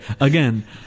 again